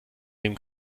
dem